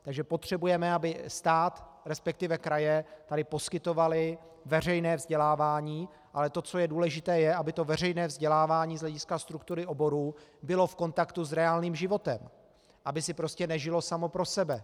Takže potřebujeme, aby stát, resp. kraje poskytovaly veřejné vzdělávání, ale to, co je důležité, je, aby to veřejné vzdělávání z hlediska struktury oboru bylo v kontaktu s reálným životem, aby si prostě nežilo samo pro sebe.